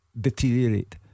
deteriorate